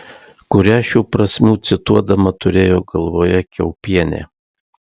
kurią šių prasmių cituodama turėjo galvoje kiaupienė